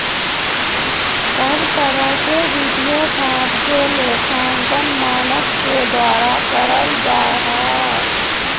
सब तरह के वित्तीय काम के लेखांकन मानक के द्वारा करल जा हय